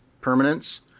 permanence